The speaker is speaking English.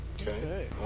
Okay